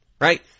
right